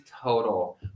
total